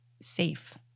safe